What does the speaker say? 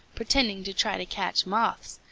pretending to try to catch moths,